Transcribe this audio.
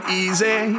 easy